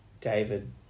David